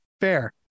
Fair